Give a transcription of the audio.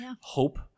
hope